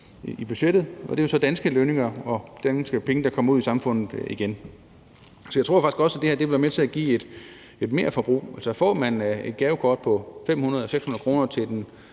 i budgettet. Det er jo så danske lønninger og danske penge, der kommer ud i samfundet igen. Så jeg tror faktisk også, at det her ville være med til at give et merforbrug. Altså, får man et gavekort på 500-600 kr. til den